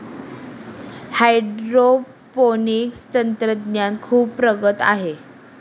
hydroponics तंत्रज्ञान खूप प्रगत आहे